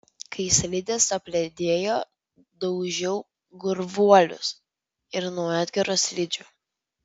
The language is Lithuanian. kai slidės apledėjo daužiau gurvuolius ir nuo edgaro slidžių